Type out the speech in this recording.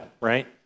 right